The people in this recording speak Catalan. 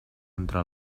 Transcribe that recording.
entre